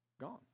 Gone